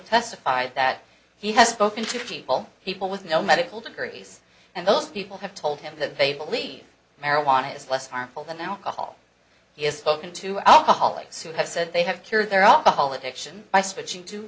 testified that he has spoken to people people with no medical degrees and those people have told him that they believe marijuana is less harmful than alcohol he has spoken to alcoholics who have said they have cured their alcohol addiction by switching to